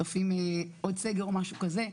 צופים עוד סגר או משהו כזה.